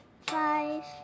five